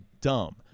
dumb